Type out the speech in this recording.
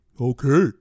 okay